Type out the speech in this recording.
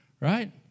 right